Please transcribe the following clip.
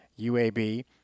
UAB